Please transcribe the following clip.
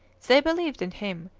they believed in him,